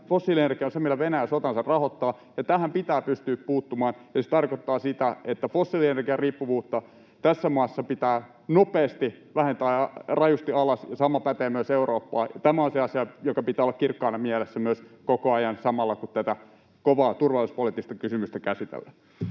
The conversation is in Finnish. fossiilienergia on se, millä Venäjä sotaansa rahoittaa, ja tähän pitää pystyä puuttumaan. Ja se tarkoittaa sitä, että riippuvuutta fossiilienergiasta pitää tässä maassa nopeasti vähentää ja ajaa rajusti alas, ja sama pätee myös Eurooppaan. Tämä on se asia, jonka pitää myös olla kirkkaana mielessä koko ajan samalla, kun tätä kovaa turvallisuuspoliittista kysymystä käsitellään.